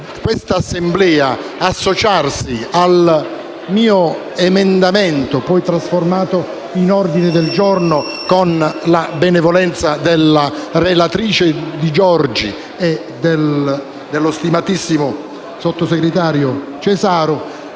questa Assemblea associarsi al mio emendamento 29.200, poi trasformato nell’ordine del giorno G29.200, con la benevolenza della relatrice Di Giorgi e dello stimatissimo sottosegretario Cesaro,